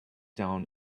down